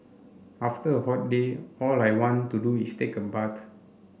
after a hot day all I want to do is take a bath